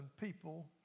people